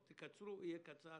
אם תקצרו יהיה קצר.